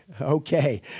Okay